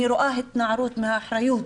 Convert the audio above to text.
אני רואה התנערות מאחריות,